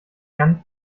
jan